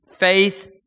Faith